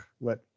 Let